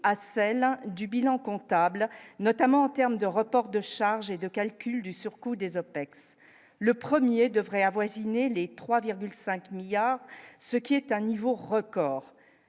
à celle du bilan comptable, notamment en terme de reports de charges et de calcul du surcoût des OPEX, le 1er devrait avoisiner les 3,5 milliards, ce qui est un niveau record,